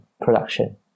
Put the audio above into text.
production